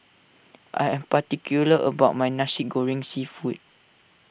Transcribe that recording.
I am particular about my Nasi Goreng Seafood